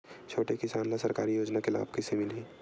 छोटे किसान ला सरकारी योजना के लाभ कइसे मिलही?